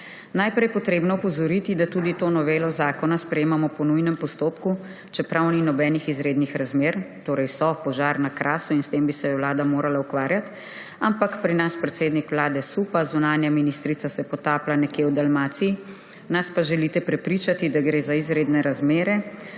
Najprej je treba opozoriti, da tudi to novelo zakona sprejemamo po nujnem postopku, čeprav ni nobenih izrednih razmer. No, so, požar na Krasu in s tem bi se vlada morala ukvarjati, ampak pri nas predsednik vlade supa, zunanja ministrica se potaplja nekje v Dalmaciji, nas pa želite prepričati, da gre za izredne razmere